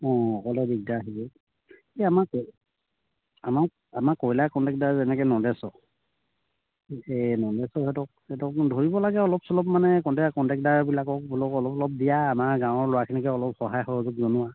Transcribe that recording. অঁ অকলে দিগদাৰ আহিব এই আমাৰ আমাৰ আমাৰ কইলাৰ কন্টেক্টাৰ যেনেকৈ নন্দেশ্বৰ এই নন্দেশ্বৰহঁতক সিহঁতকো ধৰিব লাগে অলপ চলপ মানে ক কন্টেক্টাৰবিলাকক বলক অলপ অলপ দিয়া আমাৰ গাঁৱৰ ল'ৰাখিনিকে অলপ সহায় সহযোগ জনোৱা